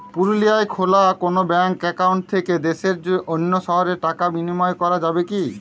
পুরুলিয়ায় খোলা কোনো ব্যাঙ্ক অ্যাকাউন্ট থেকে দেশের অন্য শহরে টাকার বিনিময় করা যাবে কি?